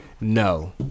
no